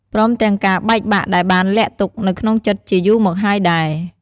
ព្រមទាំងការបែកបាក់ដែលបានលាក់ទុក្ខនៅក្នុងចិត្តជាយូរមកហើយដែរ។